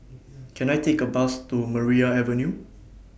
Can I Take A Bus to Maria Avenue